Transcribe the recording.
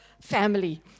family